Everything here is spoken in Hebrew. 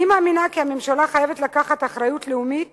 אני מאמינה כי הממשלה חייבת לקחת אחריות לאומית